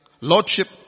lordship